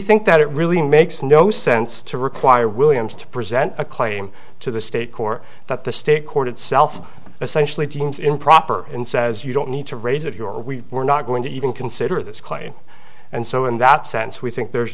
think that it really makes no sense to require williams to present a claim to the state court that the state court itself essentially deems improper and says you don't need to raise if your we we're not going to even consider this claim and so in that sense we think there